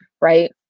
right